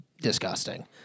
disgusting